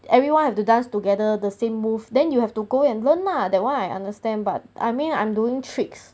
everyone have to dance together the same move then you have to go and learn ah that one I understand but I mean I'm doing tricks